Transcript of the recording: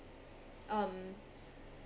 um